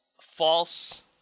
False